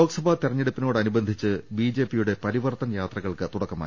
ലോക്സഭാ തെരഞ്ഞെടുപ്പിനോടനുബന്ധിച്ച് ബിജെപിയുടെ പരി വർത്തൻ യാത്രകൾക്ക് തുടക്കമായി